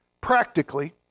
practically